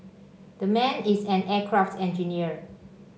the man is an aircraft engineer